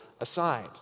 aside